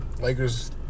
Lakers